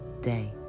day